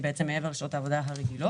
שהיא בעצם מעבר לשעות העבודה הרגילות.